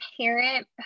parent